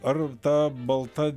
ar ta balta